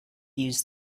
use